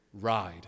ride